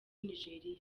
nigeriya